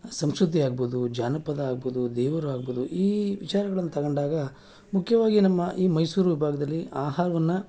ಸಂಸ್ಕೃತಿ ಆಗ್ಬೋದು ಜಾನಪದ ಆಗ್ಬೋದು ದೇವರು ಆಗ್ಬೋದು ಈ ವಿಚಾರಗಳನ್ನು ತಗೊಂಡಾಗ ಮುಖ್ಯವಾಗಿ ನಮ್ಮ ಈ ಮೈಸೂರು ವಿಭಾಗದಲ್ಲಿ ಆಹಾರವನ್ನು